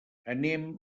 anem